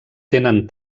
tenen